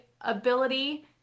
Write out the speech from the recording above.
ability